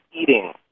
eating